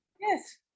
Yes